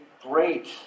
great